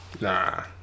nah